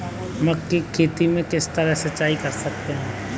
मक्के की खेती में किस तरह सिंचाई कर सकते हैं?